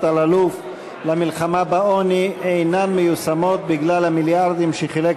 אלאלוף למלחמה בעוני אינן מיושמות בגלל המיליארדים שחילק